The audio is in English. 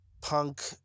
Punk